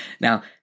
Now